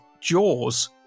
Jaw's